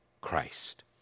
Christ